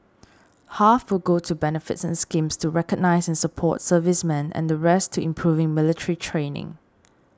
half will go to benefits and schemes to recognise and support servicemen and the rest to improving military training